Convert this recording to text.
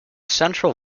central